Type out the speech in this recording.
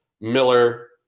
Miller